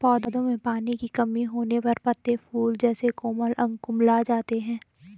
पौधों में पानी की कमी होने पर पत्ते, फूल जैसे कोमल अंग कुम्हला जाते हैं